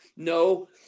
No